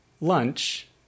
lunch